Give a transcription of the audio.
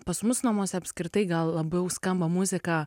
pas mus namuose apskritai gal labiau skamba muzika